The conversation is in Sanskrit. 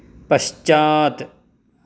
पश्चात्